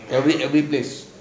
they will bring everything